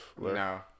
No